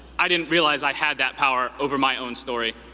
i didn't realize i had that power over my own story.